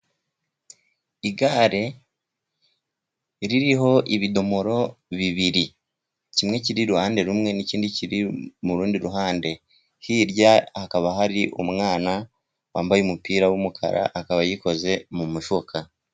Igare ririho ibidomoro bibiri. Kimwe kiri iruhande rumwe n'ikindi kiri mu rundi ruhande. Hirya hakaba hari umwana wambaye umupira w'umukara, akaba yikoze mu mufuka.